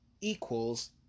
equals